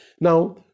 Now